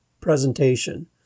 presentation